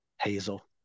Hazel